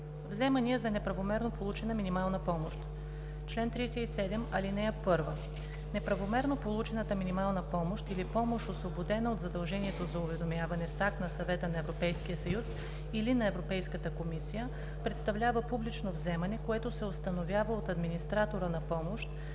„Вземания за неправомерно получена минимална помощ Чл. 37. (1) Неправомерно получената минимална помощ или помощ, освободена от задължението за уведомяване с акт на Съвета на Европейския съюз или на Европейската комисия, представлява публично вземане, което се установява от администратора на помощ